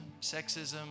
sexism